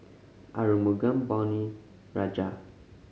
Arumugam Ponnu Rajah